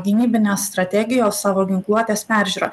gynybinės strategijos savo ginkluotės peržiūra